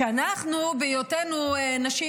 שבהיותנו נשים